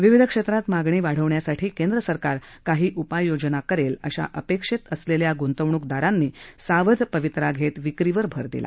विविध क्षेत्रात मागणी वाढवण्यासाठी केंद्र सरकार काही उपाययोजना करेल अशा अपेक्षेत असलेल्या ग्ंतवणूकदारांनी सावध पवित्रा घेत विक्रीवर भर दिला